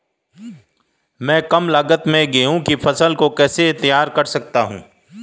मैं कम लागत में गेहूँ की फसल को कैसे तैयार कर सकता हूँ?